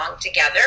together